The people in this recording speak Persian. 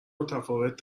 متفاوت